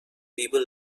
people